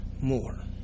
more